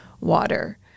water